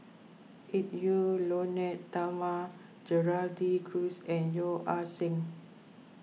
Edwy Lyonet Talma Gerald De Cruz and Yeo Ah Seng